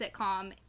sitcom